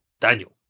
Daniel